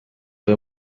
uyu